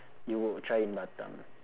you would try in batam